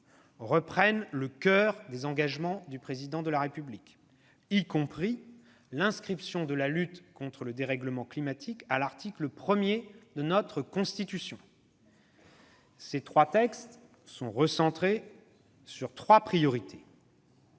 reprennent le coeur des engagements du Président de la République, y compris l'inscription de la lutte contre le changement climatique à l'article 1 de notre Constitution. Ils sont recentrés sur trois priorités